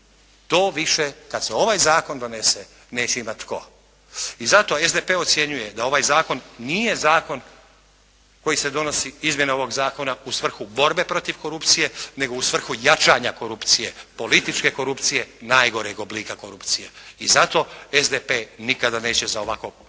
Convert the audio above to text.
To više, kad se ovaj zakon donese, neće imati tko. I zato SDP ocjenjuje da ovaj zakon nije zakon koji se donosi izmjena ovog zakona u svrhu borbe protiv korupcije, nego u svrhu jačanja korupcije, političke korupcije najgoreg oblika korupcije i zato SDP nikada neće za ovako predloženi